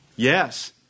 Yes